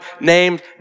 named